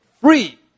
free